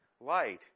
light